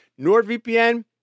NordVPN